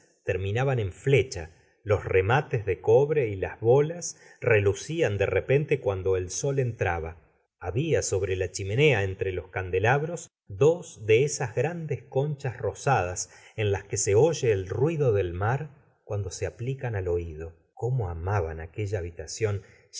terminaban en flecha los remates de cobre y las bolas relucian de r epente cuando el sol entraba había sobre la chimenea entre los candelabros dos de es s grandes conchas rosadas en las que se oye el ruído del ma r cuando ee aplican al oido cómo amaban aquella habitación